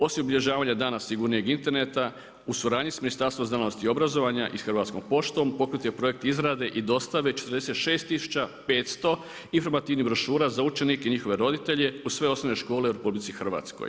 Osim obilježavanja Dana sigurnijeg interneta u suradnji s Ministarstvom znanosti i obrazovanja i s Hrvatskom poštom pokrenut je projekt izrade i dostave 46500 informativnih brošura za učenike i njihove roditelje u sve osnovne škole u Republici Hrvatskoj.